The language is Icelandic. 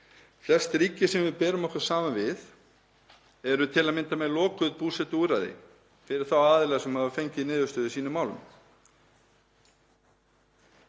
Flest ríki sem við berum okkur saman við eru til að mynda með lokuð búsetuúrræði fyrir þá aðila sem hafa fengið niðurstöðu í sínum málum.